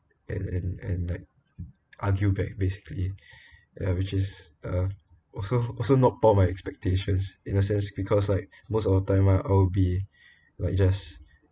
and and and like argue back basically ya which is uh also also not part of my expectations in a sense because like most of the time lah I would be like just